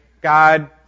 God